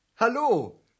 Hallo